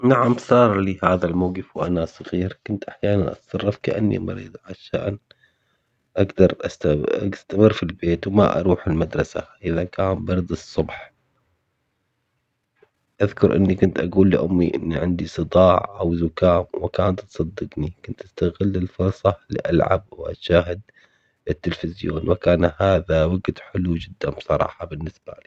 نعم صار لي هذا الموقف وأنا صغير كنت أحياناً أتصرف كأني مريض عشان أقدر أس- أستمر في البيت وما أروح المدرسة إذا كان برد الصبح، أذكر إني كنت أقول لأمي إني عندي صداع أو زكام وكانت تصدقني كنت أستغل الفرصة لألعب وأشاهد التلفزيون وكان هذا وقت حلو جداً بصراحة بالنسبة لي.